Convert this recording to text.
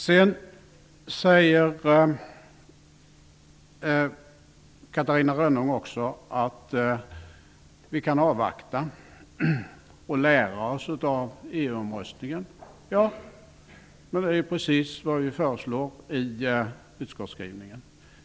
Vidare säger Catarina Rönnung att vi kan avvakta och lära av EU-omröstningen. Ja, det är precis vad vi föreslår i utskottsskrivningen.